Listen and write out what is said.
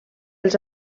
els